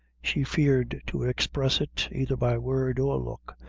she feared to express it either by word or look,